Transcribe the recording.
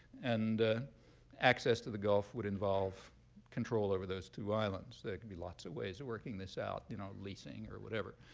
and access to the gulf would involve control over those two islands. there could be lots of ways of working this out you know leasing or whatever.